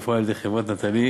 שירות המופעל על-ידי חברת "נטלי".